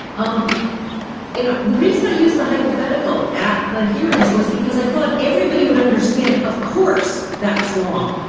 um you know, the reason i use the hypothetical at the hearings was because i thought everybody would understand. of course, that's wrong.